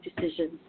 decisions